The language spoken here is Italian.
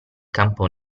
campo